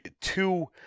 two –